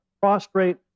prostrate